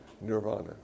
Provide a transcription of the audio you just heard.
nirvana